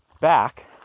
back